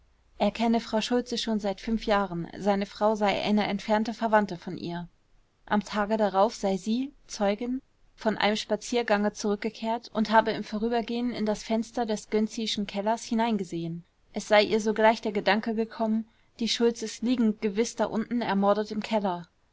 er kenne frau schultze schon seit jahren seine frau sei eine entfernte verwandte von ihr am tage darauf sei sie zeugin von einem spaziergange zurückgekehrt und habe im vorübergehen in das fenster des gönczischen kellers hineingesehen es sei ihr sogleich der gedanke gekommen die schultzes liegen gewiß da unten ermordet im keller